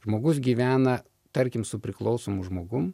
žmogus gyvena tarkim su priklausomu žmogum